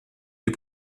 des